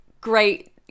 great